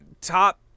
top